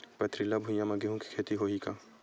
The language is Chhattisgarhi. पथरिला भुइयां म गेहूं के खेती होही का?